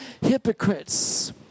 hypocrites